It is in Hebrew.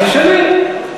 תשאלי.